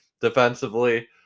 defensively